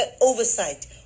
oversight